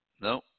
No